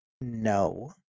No